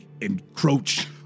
encroach